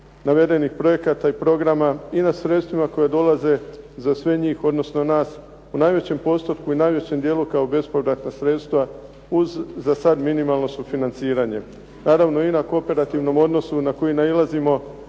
navedenih projekata i programa i na sredstvima koja dolaze za sve njih odnosno nas u najvećem postotku i najvećem dijelu kao bespovratna sredstva uz za sada minimalno sufinanciranje. Naravno i na kooperativnom odnosu na koji nailazimo